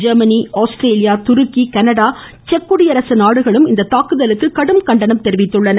Germany Australia துருக்கி Canada செக் குடியரசு நாடுகளும் இந்த தாக்குதலுக்கு கடும் கண்டனம் தெரிவித்துள்ளன